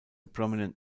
prominent